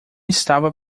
estava